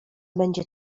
będzie